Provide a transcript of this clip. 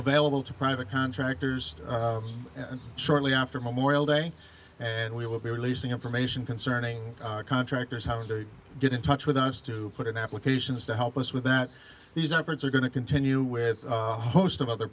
available to private contractors and shortly after memorial day and we will be releasing information concerning contractors how they get in touch with us to put in applications to help us with that these operators are going to continue with a host of other